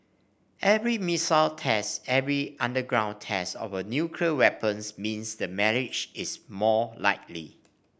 every missile test every underground test of a nuclear weapons means the marriage is more likely